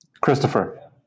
Christopher